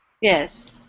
Yes